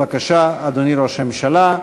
בבקשה, אדוני ראש הממשלה.